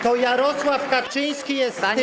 To Jarosław Kaczyński jest tym.